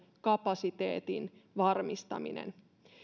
kapasiteetin varmistaminen